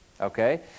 okay